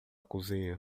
cozinha